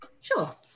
sure